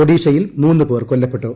ഒഡീഷയിൽ മൂന്ന് പേർ കൊല്ലപ്പെട്ടു